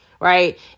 right